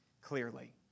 clearly